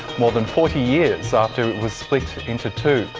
more than forty years after it was split into two.